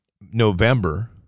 November